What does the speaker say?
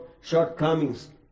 shortcomings